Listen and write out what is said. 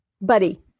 Buddy